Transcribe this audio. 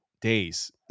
days